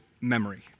memory